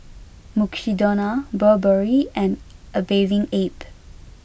Mukshidonna Burberry and A Bathing Ape